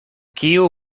kiu